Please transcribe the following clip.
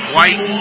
White